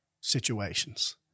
situations